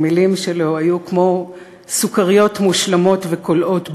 המילים שלו היו כמו סוכריות מושלמות וקולעות,